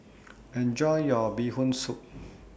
Enjoy your Bee Hoon Soup